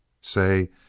say